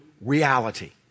reality